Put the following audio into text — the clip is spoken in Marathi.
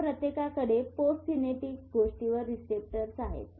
त्या प्रत्येकाकडे पोस्ट सिनेप्टिक गोष्टीवर रिसेप्टर्स असतात